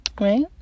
Right